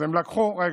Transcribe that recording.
אז הם לקחו